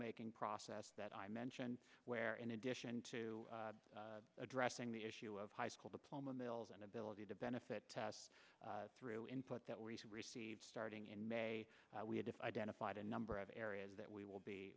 making process that i mentioned where in addition to addressing the issue of high school diploma mills and ability to benefit test through input that we should receive starting in may we had if identified a number of areas that we will be